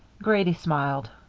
grady smiled.